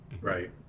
Right